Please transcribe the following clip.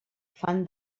fan